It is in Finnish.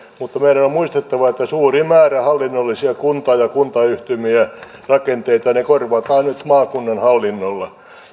mutta meidän on muistettava että suuri määrä hallinnollisia kunta ja kuntayhtymärakenteita korvataan nyt maakunnan hallinnolla